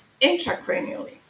intracranially